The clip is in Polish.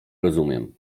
rozumiem